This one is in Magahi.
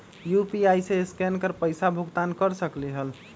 यू.पी.आई से स्केन कर पईसा भुगतान कर सकलीहल?